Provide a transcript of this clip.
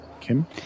Kim